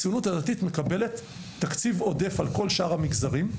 הציונות הדתית מקבלת תקציב עודף על כל שאר המגזרים.